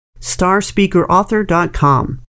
starspeakerauthor.com